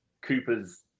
Cooper's